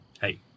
hey